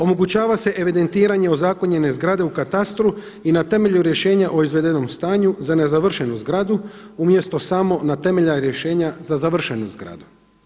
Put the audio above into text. Omogućava se evidentiranje ozakonjene zgrade u katastru i na temelju rješenja o izvedenom stanju za nezavršenu zgradu umjesto samo na temelju rješenja za završenu zgradu.